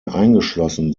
eingeschlossen